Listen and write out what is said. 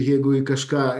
jeigu į kažką